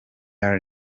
are